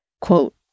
quote